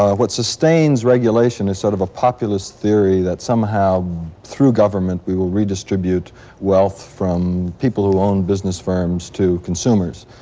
ah what sustains regulation is sort of a populist theory that somehow through government we will redistribute redistribute wealth from people who own business firms to consumers.